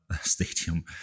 Stadium